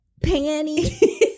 panty